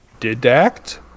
didact